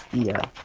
yeah.